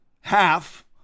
Half